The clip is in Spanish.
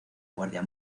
guardia